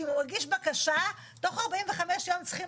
שאם הוא מגיש בקשה תוך 45 יום צריכים